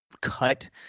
cut